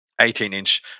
18-inch